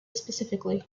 specifically